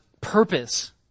purpose